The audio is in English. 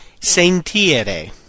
sentiere